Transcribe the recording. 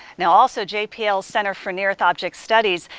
now also, jpl's center for near earth object studies,